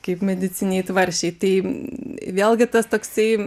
kaip medicininiai tvarsčiai tai vėlgi tas toksai